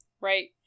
Right